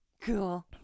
Cool